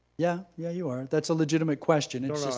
yeah, yeah you are, that's a legitimate question it's